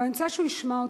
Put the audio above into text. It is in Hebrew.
ואני רוצה שהוא ישמע אותי,